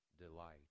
delight